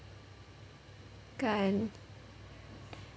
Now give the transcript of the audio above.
kan